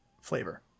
flavor